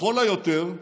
לכל היותר,